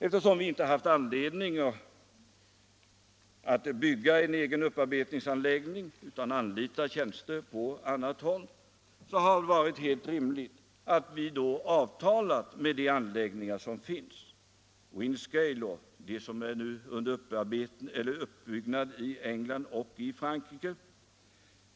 Eftersom vi inte har anledning att bygga en egen upparbetningsanläggning utan anlitar tjänster på annat håll, har det varit helt rimligt att vi då har avtalat med de anläggningar som finns - Windscale — eller de som är under uppbyggnad i England och Frankrike.